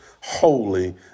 holy